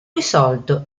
risolto